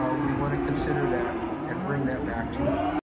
ah we want to consider that and bring that back to you.